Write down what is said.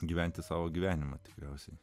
gyventi savo gyvenimą tikriausiai